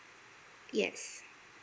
yes